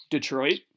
Detroit